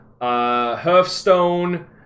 hearthstone